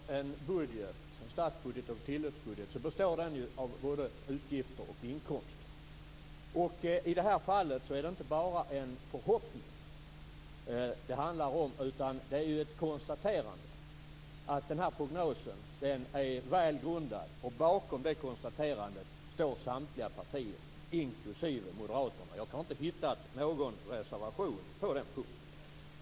Fru talman! En budget, en statsbudget och en tilläggsbudget, består av både utgifter och inkomster. I det här fallet är det inte bara en förhoppning det handlar om utan det är ett konstaterande att den här prognosen är välgrundad. Bakom det konstaterandet står samtliga partier inklusive Moderaterna. Jag har inte hittat någon reservation på den punkten.